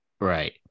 Right